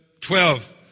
twelve